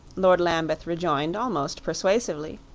lord lambeth rejoined almost persuasively.